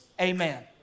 Amen